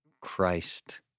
Christ